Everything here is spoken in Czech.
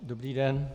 Dobrý den.